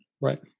right